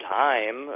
time